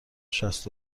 شصت